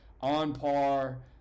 on-par